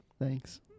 Thanks